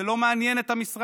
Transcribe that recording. זה לא מעניין את המשרד.